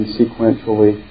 sequentially